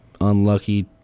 unlucky